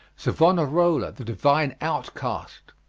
savonarola, the divine outcast.